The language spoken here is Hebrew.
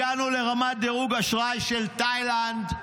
הגענו לרמת דירוג אשראי של תאילנד,